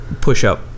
push-up